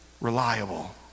reliable